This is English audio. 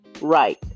Right